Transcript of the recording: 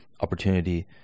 opportunity